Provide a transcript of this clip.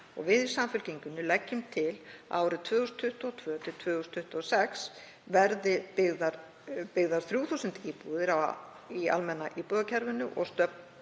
Við í Samfylkingunni leggjum til að á árunum 2022–2026 verði byggðar 3.000 íbúðir í almenna íbúðakerfinu og